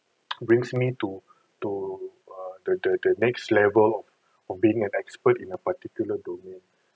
brings me to to err the the the next level of of being an expert in a particular domain